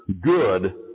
good